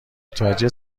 متوجه